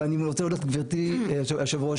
אני רוצה להודות לגבירתי יושבת הראש,